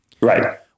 Right